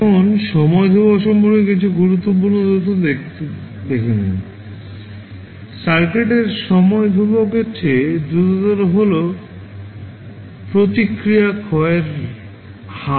এখন সময় ধ্রুবক সম্পর্কে কিছু গুরুত্বপূর্ণ তথ্য দেখে নিন সার্কিটের সময় ধ্রুবকের চেয়ে দ্রুততর হল প্রতিক্রিয়া ক্ষয়ের হার